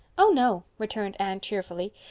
oh, no, returned anne cheerfully.